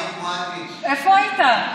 איפה היית?